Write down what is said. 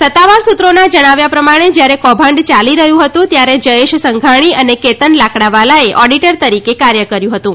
સત્તાવાર સૂત્રોના જણાવ્યા પ્રમાણે જ્યારે કૌભાંડ ચાલી રહ્યું હતું ત્યારે જયેશ સંઘાણી અને કેતન લાકડાવાળાએ એડિટર તરીકે કાર્ય કર્યું હતું